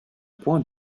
point